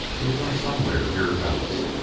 it'll come somewhere hereabouts.